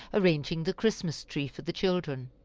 arranging the christmas tree for the children.